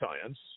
science